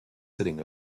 sitting